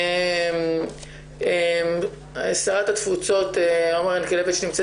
שרת התפוצות נמצאת